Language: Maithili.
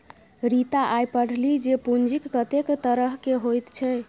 रीता आय पढ़लीह जे पूंजीक कतेक तरहकेँ होइत छै